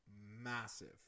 massive